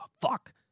Fuck